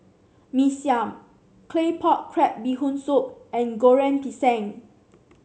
Mee Siam Claypot Crab Bee Hoon Soup and Goreng Pisang